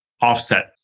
offset